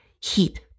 heat